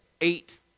eight